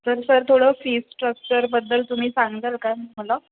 तर सर थोडं फी स्ट्रक्चरबद्दल तुम्ही सांगाल का मला